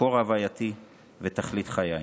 מקור הווייתי ותכלית חיי.